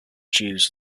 jews